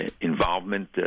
involvement